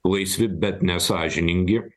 laisvi bet ne sąžiningi